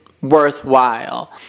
worthwhile